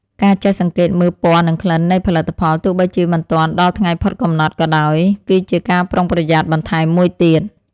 ការចេះសង្កេតមើលពណ៌និងក្លិននៃផលិតផលទោះបីជាមិនទាន់ដល់ថ្ងៃផុតកំណត់ក៏ដោយ គឺជាការប្រុងប្រយ័ត្នបន្ថែមមួយទៀត។